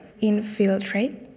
infiltrate